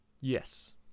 Yes